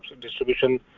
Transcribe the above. distribution